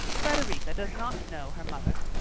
frederica does not know her mother.